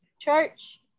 Church